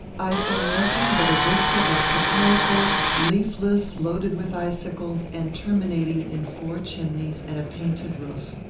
i saw nothing but a vista of catalpas, leafless, loaded with icicles, and terminating in four chimneys and a painted roof.